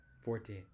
Fourteen